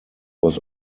was